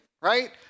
right